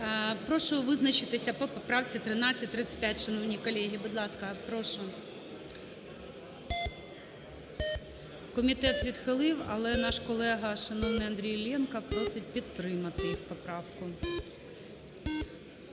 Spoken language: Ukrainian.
Прошу визначитися по поправці 1335, шановні колеги. Будь ласка, прошу. Комітет відхилив, але наш колега шановний Андрій Іллєнко просить підтримати поправку.